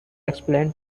explain